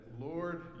Lord